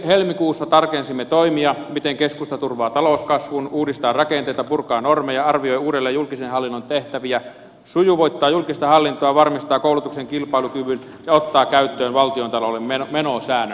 helmikuussa tarkensimme toimia miten keskusta turvaa talouskasvun uudistaa rakenteita purkaa normeja arvioi uudelleen julkisen hallinnon tehtäviä sujuvoittaa julkista hallintoa varmistaa koulutuksen kilpailukyvyn ja ottaa käyttöön valtiontalouden menosäännön